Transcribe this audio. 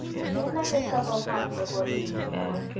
she had met her several times before leaving kingsport,